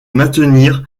maintenir